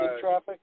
traffic